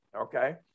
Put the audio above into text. Okay